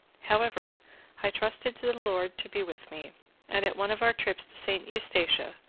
however i trusted to the lord to be with me and at one of our trips to st. eustatia,